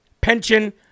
Pension